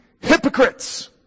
hypocrites